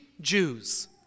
Jews